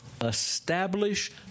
establish